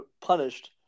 punished